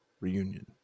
reunion